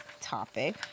topic